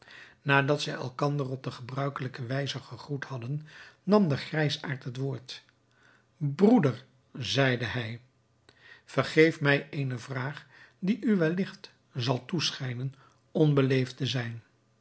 nadat zij elkanderen op de gebruikelijke wijze gegroet hadden nam de grijsaard het woord broeder zeide hij vergeef mij eene vraag die u welligt zal toeschijnen onbeleefd te zijn